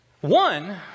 One